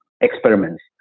experiments